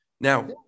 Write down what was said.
Now